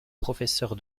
professeur